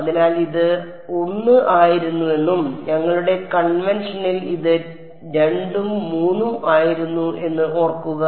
അതിനാൽ ഇത് 1 ആയിരുന്നുവെന്നും ഞങ്ങളുടെ കൺവെൻഷനിൽ ഇത് 2 ഉം 3 ഉം ആയിരുന്നു എന്ന് ഓർക്കുക